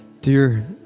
Dear